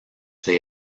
they